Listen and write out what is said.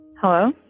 Hello